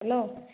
hello